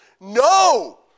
no